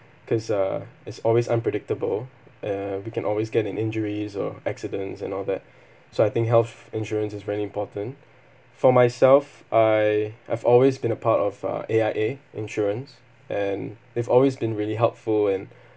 because uh is always unpredictable uh we can always get an injuries or accidents and all that so I think health insurance is very important for myself I I've always been a part of a A_I_A insurance and they've always been really helpful and